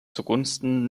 zugunsten